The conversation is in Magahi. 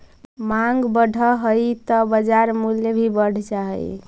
माँग बढ़ऽ हइ त बाजार मूल्य भी बढ़ जा हइ